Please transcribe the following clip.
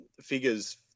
figures